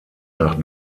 nach